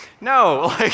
No